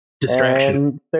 Distraction